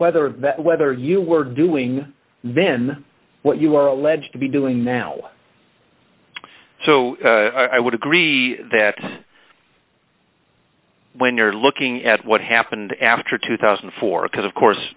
whether that whether you were doing then what you are alleged to be doing now so i would agree that when you're looking at what happened after two thousand and four because of course